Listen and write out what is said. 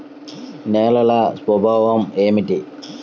నేలల స్వభావం ఏమిటీ?